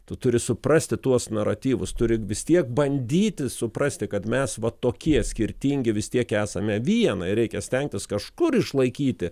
tu turi suprasti tuos naratyvus turi vis tiek bandyti suprasti kad mes va tokie skirtingi vis tiek esame viena ir reikia stengtis kažkur išlaikyti